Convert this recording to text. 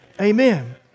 Amen